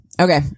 okay